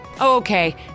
Okay